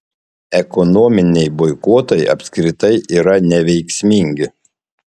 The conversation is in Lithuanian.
ekonominiai boikotai apskritai yra neveiksmingi